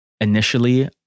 Initially